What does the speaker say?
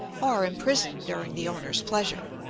or imprisoned during the owner's pleasure.